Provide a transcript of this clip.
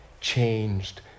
changed